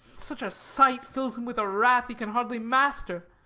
such a sight fills him with a wrath he can hardly master.